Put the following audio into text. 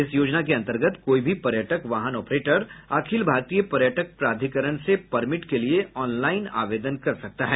इस योजना के अन्तर्गत कोई भी पर्यटक वाहन ऑपरेटर अखिल भारतीय पर्यटक प्राधिकरण से परमिट के लिए ऑनलाइन आवेदन कर सकते हैं